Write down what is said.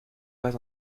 pas